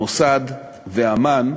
המוסד ואמ"ן,